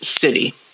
city